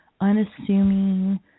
unassuming